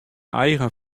eigen